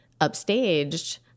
upstaged